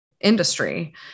Industry